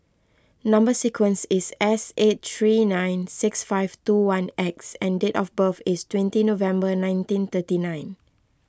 Number Sequence is S eight three nine six five two one X and date of birth is twenty November nineteen thirty nine